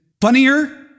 funnier